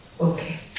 Okay